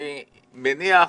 אני מניח,